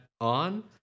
on